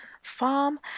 farm